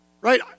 right